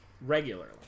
Regularly